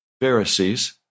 Pharisees